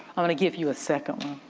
i'm gonna give you a second